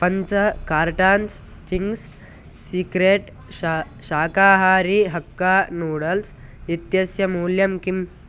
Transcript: पञ्च cartons Ching's Secret शा शाकाहारी हक्का नूडल्स् इत्यस्य मूल्यं किम्